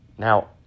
Now